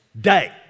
day